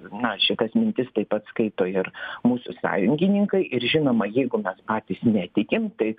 na šitas mintis taip pat skaito ir mūsų sąjungininkai ir žinoma jeigu mes patys netikim tai